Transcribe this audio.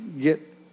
get